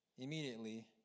Immediately